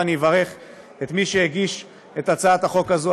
ואני אברך את מי שהגיש את הצעת החוק הזאת.